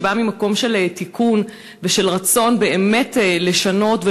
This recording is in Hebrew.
שבא ממקום של תיקון ושל רצון באמת לשנות,